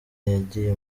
yagiye